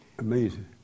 Amazing